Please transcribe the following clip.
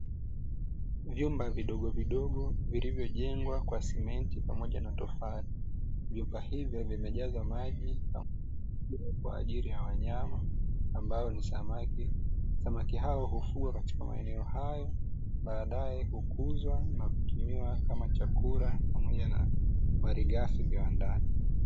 Vyumba vidogvidogo vilivyojengwa kwa simenti pamoja na tofali. Vyumba hivyo vimejazwa maji kwa ajili ya wanyama ambao ni samaki. Samaki hao hufugwa katika maeneo hayo, baadaye hukuzwa na kutumiwa kama chakula pamoja na malighafi viwandani.